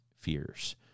Fears